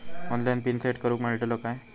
Online pin set करूक मेलतलो काय?